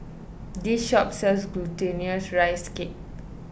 this shop sells Glutinous Rice Cake